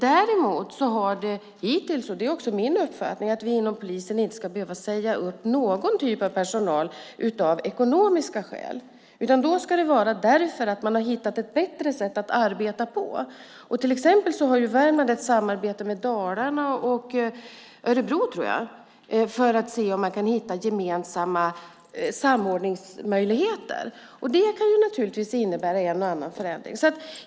Däremot är det min uppfattning att man inom polisen inte ska behöva säga upp någon typ av personal av ekonomiska skäl, utan i så fall ska det vara därför att man har hittat ett bättre sätt att arbeta. Till exempel har Värmland ett samarbete med Dalarna och med Örebro, tror jag, för att se om man kan hitta samordningsmöjligheter. Det kan naturligtvis innebära en och annan förändring.